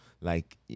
like-